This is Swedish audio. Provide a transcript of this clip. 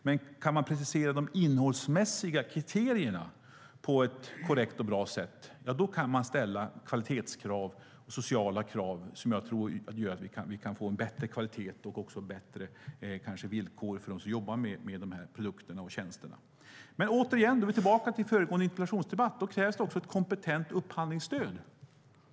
Men kan man precisera de innehållsmässiga kriterierna på ett korrekt och bra sätt kan man ställa kvalitetskrav och sociala krav som jag tror gör att vi kan få en bättre kvalitet och kanske också bättre villkor för dem som jobbar med de här produkterna och tjänsterna. Men återigen, och då är vi tillbaka i föregående interpellationsdebatt, då krävs det också ett kompetent upphandlingsstöd.